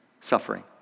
suffering